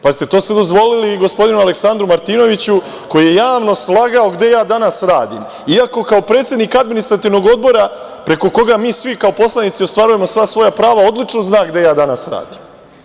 Pazite, to ste dozvolili i gospodinu Aleksandru Martinoviću koji je javno slagao gde ja danas radim, iako kao predsednik Administrativnog odbora, preko koga mi svi kao poslanici ostvarujemo sva svoja prava, odlično zna gde ja danas radim.